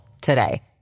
today